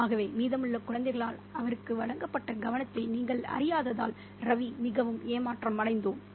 ஆகவே மீதமுள்ள குழந்தைகளால் அவருக்கு வழங்கப்பட்ட கவனத்தை நீங்கள் அறியாததால் ரவி மிகவும் ஏமாற்றமடைந்தோம்